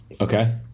Okay